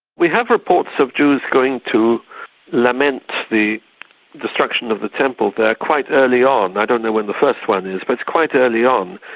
we have reports of jews going to lament the destruction of the temple there quite early on. i don't know when the first one is, but it's quite early on.